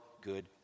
good